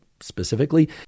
specifically